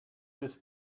this